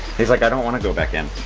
he's like i don't want to go back in.